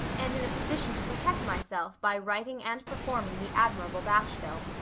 and in a position to protect myself by writing and performing the admirable bashville.